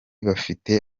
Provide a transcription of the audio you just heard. bafite